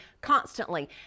constantly